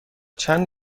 چند